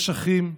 יש אחים,